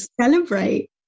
celebrate